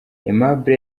aimable